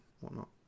whatnot